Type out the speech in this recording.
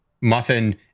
muffin